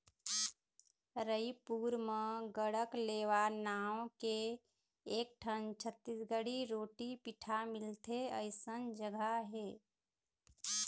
रइपुर म गढ़कलेवा नांव के एकठन छत्तीसगढ़ी रोटी पिठा मिलथे अइसन जघा हे